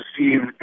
received